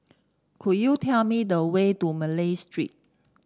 could you tell me the way to Malay Street